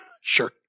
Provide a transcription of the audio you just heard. Sure